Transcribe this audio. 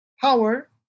power